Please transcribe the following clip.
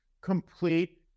Complete